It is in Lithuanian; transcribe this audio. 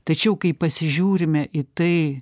tačiau kai pasižiūrime į tai